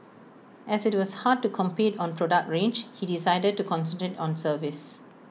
as IT was hard to compete on product range he decided to concentrate on service